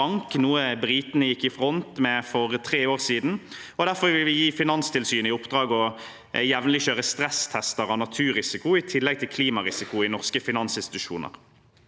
noe britene gikk i front med for tre år siden, og derfor vil vi gi Finanstilsynet i oppdrag å kjøre jevnlige stresstester av naturrisiko, i tillegg til klimarisiko, i norske finansinstitusjoner.